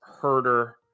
Herder